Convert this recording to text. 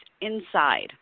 inside